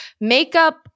makeup